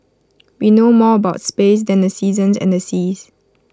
we know more about space than the seasons and the seas